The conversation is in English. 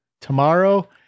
tomorrow